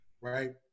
right